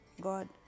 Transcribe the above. God